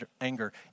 anger